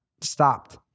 stopped